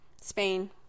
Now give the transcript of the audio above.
Spain